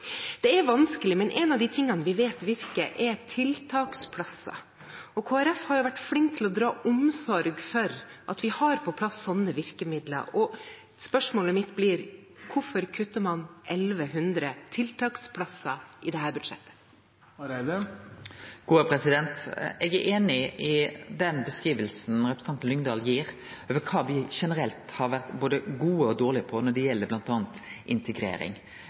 Det er vanskelig, men en av de tingene vi vet virker, er tiltaksplasser. Kristelig Folkeparti har vært flinke til å ha omsorg for at vi har på plass sånne virkemidler. Spørsmålet mitt blir: Hvorfor kutter man 1 100 tiltaksplasser i dette budsjettet? Eg er einig i den beskrivinga representanten Lyngedal gir over kva me generelt har vore både gode og dårlege på når det gjeld bl.a. integrering.